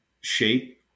shape